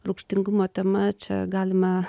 rūgštingumo tema čia galime